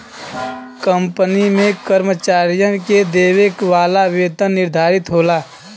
company में कर्मचारियन के देवे वाला वेतन निर्धारित होला